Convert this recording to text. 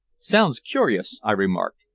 sounds curious, i remarked.